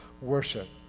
worship